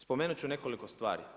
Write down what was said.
Spomenut ću nekoliko stvari.